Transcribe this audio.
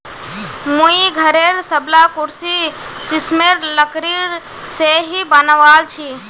मुई घरेर सबला कुर्सी सिशमेर लकड़ी से ही बनवाल छि